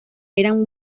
eran